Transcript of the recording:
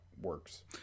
works